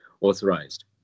authorized